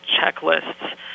checklists